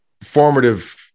formative